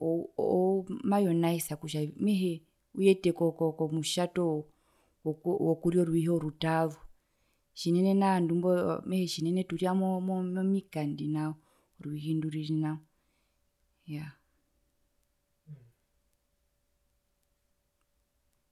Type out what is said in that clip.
oo oo omayonaesa mehee kutja uyete ko ko ko ko komutjato woku wokuria orwiihi orutaazu tjinene nao vandu mbo mehee tjinene turia momikandi nao orwiihi ndururi nao iyaa.